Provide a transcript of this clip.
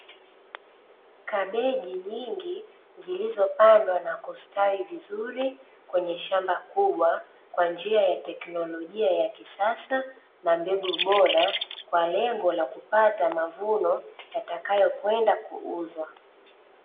Kabeji nyingi zilizo pandwa na kustwi vizuri kwenye shamba kubwa kwa njia ya teknolojia ya kisasa na mbegu bora kwa lengo la kupata mavuno yatakayo kwenda kuuzwa.